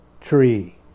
tree